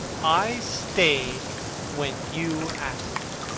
i stayed when you asked me,